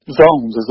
zones